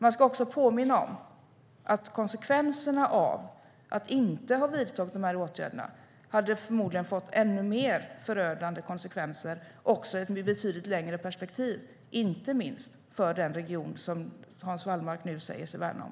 Man ska också påminna om att ifall vi inte hade vidtagit de här åtgärderna hade det förmodligen fått än mer förödande konsekvenser, också i ett längre perspektiv, inte minst för den region som Hans Wallmark nu säger sig värna om.